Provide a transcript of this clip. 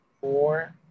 four